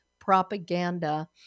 propaganda